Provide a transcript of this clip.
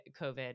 covid